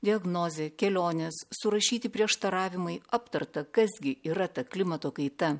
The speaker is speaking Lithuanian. diagnozė kelionės surašyti prieštaravimai aptarta kas gi yra ta klimato kaita